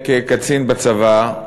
כקצין בצבא,